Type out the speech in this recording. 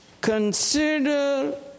consider